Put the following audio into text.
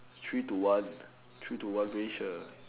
three to one three to one ratio